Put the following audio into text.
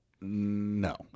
No